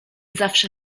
zawsze